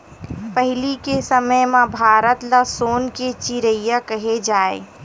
पहिली के समे म भारत ल सोन के चिरई केहे जाए